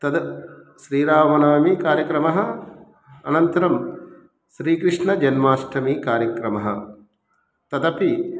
तत् श्रीरामनवमी कार्यक्रमः अनन्तरं श्रीकृष्णजन्मास्टमी कार्यक्रमः तदपि